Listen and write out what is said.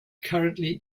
currently